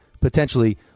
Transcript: Potentially